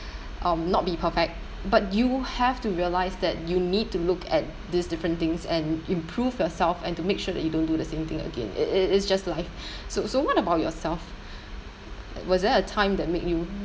um not be perfect but you have to realise that you need to look at these different things and improve yourself and to make sure that you don't do the same thing again it it it's just life so so what about yourself was there a time that made you